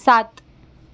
सात